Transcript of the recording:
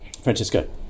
Francesco